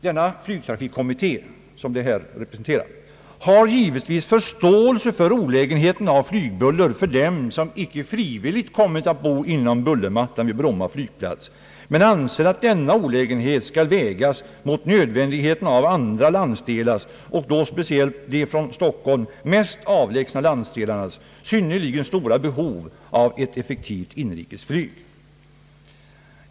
Den flygtrafikkommitté som de representerar har givetvis förståelse för olägenheten av flygbuller för dem som icke frivilligt kommit att bo inom bullermattan vid Bromma flygplats, men man anser att denna olägenhet skall vägas mot nödvändigheten av andra landsdelars och då speciellt de från Stockholm mest avlägsna landsdelarnas synnerligen stora behov av ett effektivt inrikesflyg.